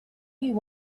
you